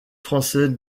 français